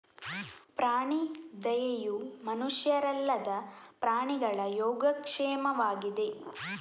ಪ್ರಾಣಿ ದಯೆಯು ಮನುಷ್ಯರಲ್ಲದ ಪ್ರಾಣಿಗಳ ಯೋಗಕ್ಷೇಮವಾಗಿದೆ